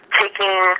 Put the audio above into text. taking